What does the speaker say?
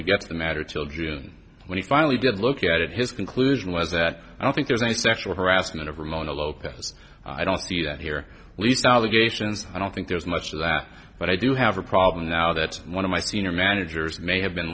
to get the matter children when he finally did look at his conclusion was that i don't think there's any sexual harassment of ramona lopez i don't see that here least allegations i don't think there's much of that but i do have a problem now that one of my senior managers may have been